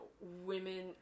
women